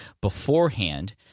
beforehand